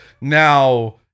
Now